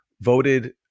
voted